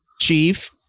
chief